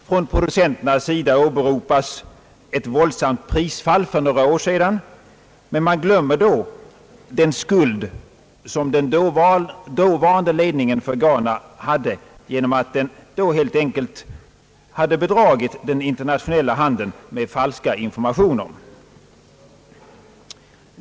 Från producenternas sida åberopas ett våldsamt prisfall för några år sedan, men man glömmer då den skuld som den dåvarande ledningen för Ghana hade genom att den helt enkelt hade bedragit den internationella handeln genom falska informationer.